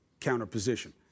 counterposition